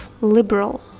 Liberal